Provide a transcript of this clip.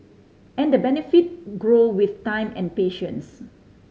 and the benefit grow with time and patience